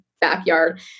Backyard